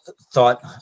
thought